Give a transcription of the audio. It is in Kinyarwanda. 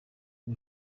ngo